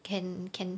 can can